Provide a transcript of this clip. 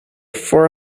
for